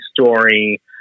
story